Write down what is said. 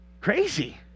Crazy